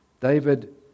David